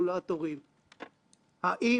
יש לי חסכונות בבנק...